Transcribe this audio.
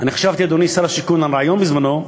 אני חשבתי, אדוני שר השיכון, על רעיון בזמני: